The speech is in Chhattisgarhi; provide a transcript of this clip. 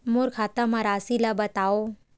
मोर खाता म राशि ल बताओ?